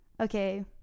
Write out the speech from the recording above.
okay